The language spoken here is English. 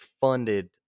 funded